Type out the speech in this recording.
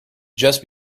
just